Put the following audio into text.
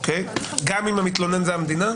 גם אם המתלונן זה המדינה?